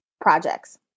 projects